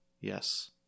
Yes